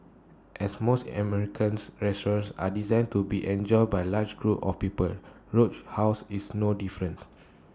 as most Americans restaurants are designed to be enjoyed by large groups of people Roadhouse is no different